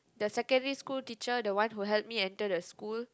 the secondary school teacher the one who helped me enter the school